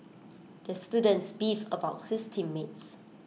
the student beefed about his team mates